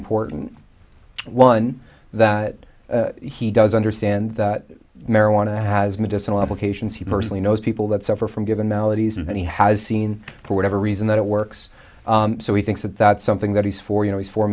important one that he does understand that marijuana has medicinal applications he personally knows people that suffer from given maladies and he has seen for whatever reason that it works so he thinks that that's something that he's for you know he's for